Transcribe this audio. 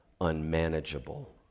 unmanageable